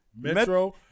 Metro